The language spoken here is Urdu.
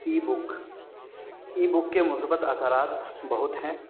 ای بک ای بک کے مثبت اثرات بہت ہیں